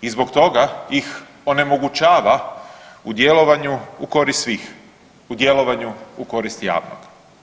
i zbog toga ih onemogućava u djelovanju u korist svih, u djelovanju u korist javnog.